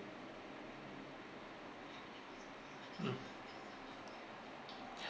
mm